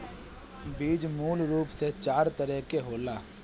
बीज मूल रूप से चार तरह के होला